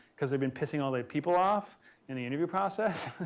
because they've been pissing all their people off in the interview process.